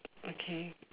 okay